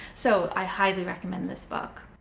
so i highly recommend this book.